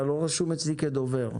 אתה לא רשום אצלי כדובר,